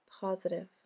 positive